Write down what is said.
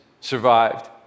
survived